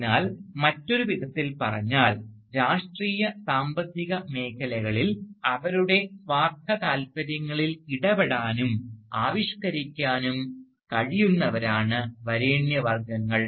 അതിനാൽ മറ്റൊരു വിധത്തിൽ പറഞ്ഞാൽ രാഷ്ട്രീയ സാമ്പത്തിക മേഖലകളിൽ അവരുടെ സ്വാർത്ഥ താല്പര്യങ്ങളിൽ ഇടപെടാനും ആവിഷ്കരിക്കാനും കഴിയുന്നവരാണ് വരേണ്യവർഗങ്ങൾ